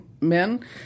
men